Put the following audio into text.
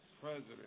president